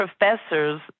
professors